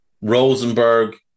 Rosenberg